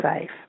safe